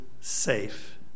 safe